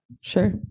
Sure